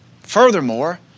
Furthermore